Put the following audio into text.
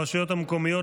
הרשויות המקומיות,